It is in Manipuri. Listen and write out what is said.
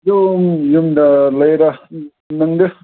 ꯑꯗꯨꯝ ꯌꯨꯝꯗ ꯂꯩꯗ ꯅꯪꯗꯤ